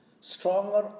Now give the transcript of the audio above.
Stronger